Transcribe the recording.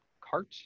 cart